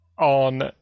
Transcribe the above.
on